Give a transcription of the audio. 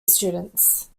students